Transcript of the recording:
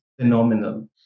phenomenal